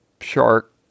shark